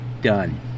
done